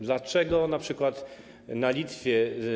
Dlaczego np. na Litwie.